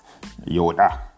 Yoda